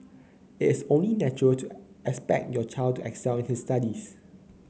it is only natural to expect your child to excel in his studies